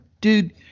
dude